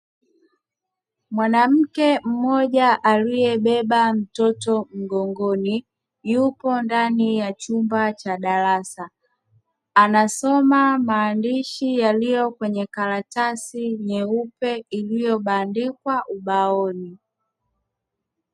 Mwanamke mmoja aliyebeba mtoto mgongoni yuko ndani ya chumba cha darasa anasoma maandishi yaliyo kwenye karatasi nyeupe iliyobandikwa ubaoni.